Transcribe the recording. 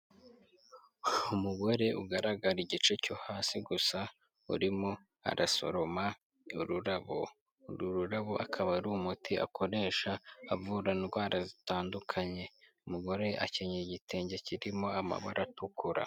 Umugore ugaragara igice cyo hasi gusa urimo arasoroma ururabo. Uru ururabo akaba ari umuti akoresha avura indwara zitandukanye, umugore akenyeye igitenge kirimo amabara atukura.